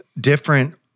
different